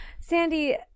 sandy